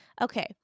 Okay